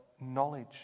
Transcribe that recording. knowledge